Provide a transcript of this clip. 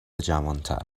جوانتر